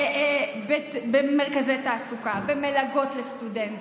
במרכזי תעסוקה, במלגות לסטודנטים,